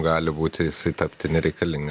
gali būti jisai tapti nereikalinga